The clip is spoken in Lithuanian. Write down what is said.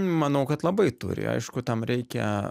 manau kad labai turi aišku tam reikia